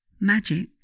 Magic